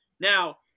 Now